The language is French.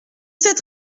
cette